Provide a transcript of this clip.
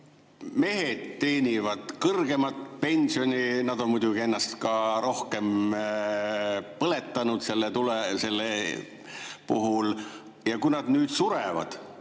mehed teenivad kõrgemat pensioni – nad on muidugi ennast ka rohkem põletanud –, ja kui nad surevad,